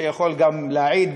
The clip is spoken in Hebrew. שיכול גם להעיד,